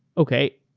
okay.